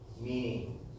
Meaning